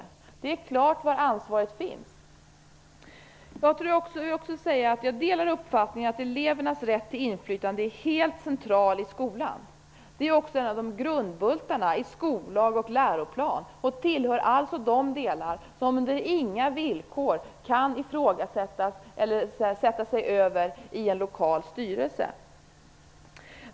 Det står klart var ansvaret ligger. Jag delar uppfattningen att elevernas rätt till inflytande är helt central i skolan. Det är också en av grundbultarna i skollag och läroplan och det tillhör alltså de delar som en lokal styrelse på inga villkor kan sätta sig över.